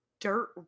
dirt